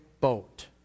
boat